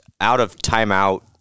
out-of-timeout